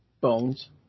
bones